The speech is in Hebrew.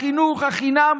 בחינוך החינם,